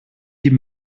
die